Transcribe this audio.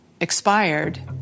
expired